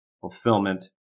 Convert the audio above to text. fulfillment